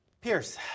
Pierce